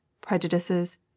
prejudices